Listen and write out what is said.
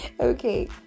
okay